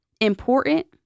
important